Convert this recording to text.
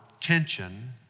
tension